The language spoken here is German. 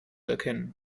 erkennen